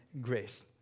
grace